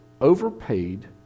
overpaid